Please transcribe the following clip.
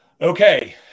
Okay